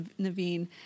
Naveen